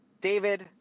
David